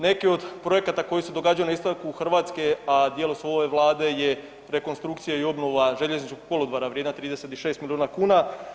Neki od projekata koji se događaju na istoku Hrvatske, a djelo su ove Vlade je rekonstrukcija i obnova željezničkog kolodvora vrijedna 36 milijuna kuna.